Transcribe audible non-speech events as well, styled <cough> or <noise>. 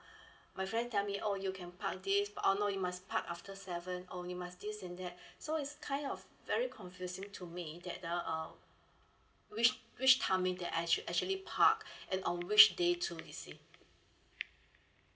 <breath> my friend tell me oh you can park this oh no you must park after seven oh you must this and that <breath> so it's kind of very confusing to me that the uh which which timing that I should actually park <breath> and on which day too you see